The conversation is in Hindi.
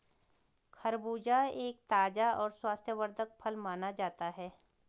खरबूजा एक ताज़ा और स्वास्थ्यवर्धक फल माना जाता है